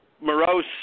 morose